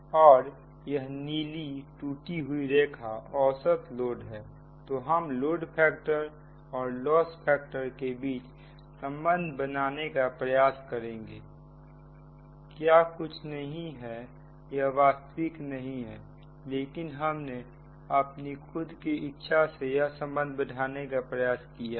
और यह नीली टूटी हुई रेखा औसत लॉस है तो हम लोड फैक्टर और लॉस फैक्टर के बीच संबंध बनाने का प्रयास करेंगेयह कुछ नहीं है यह वास्तविकता नहीं है लेकिन हमने अपनी खुद की इच्छा से यह संबंध बैठाने का प्रयास किया है